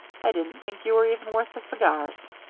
i didn't think you were even worth the cigars.